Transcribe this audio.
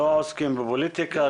לא עוסקים בפוליטיקה.